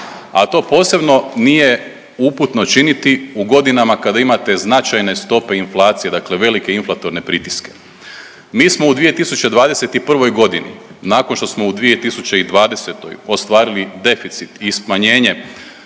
a to posebno nije uputno činiti u godinama kada imate značajne stope inflacije, dakle velike inflatorne pritiske. Mi smo u 2021.g. nakon što smo u 2020. ostvarili deficit i smanjenje